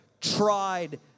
Tried